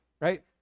right